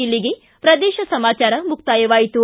ಇಲ್ಲಿಗೆ ಪ್ರದೇಶ ಸಮಾಚಾರ ಮುಕ್ತಾಯವಾಯಿತು